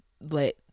let